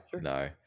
no